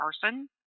person